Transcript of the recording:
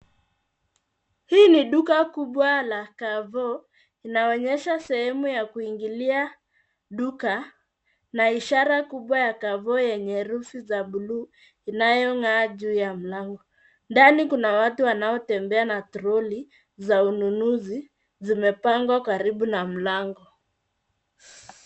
Hili ni duka kubwa la Carrefour. Inaonyesha sehemu ya kuingilia, duka na ishara kubwa ya Carrefour yenye herufi za buluu inayongaa juu ya mlango. Ndani kuna watu wanaotembea na troli za ununuzi zimepangwa karibu na mlango.